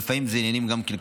לפעמים זה גם עניינים כלכליים,